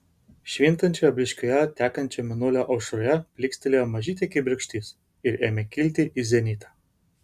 švintančioje blyškioje tekančio mėnulio aušroje plykstelėjo mažytė kibirkštis ir ėmė kilti į zenitą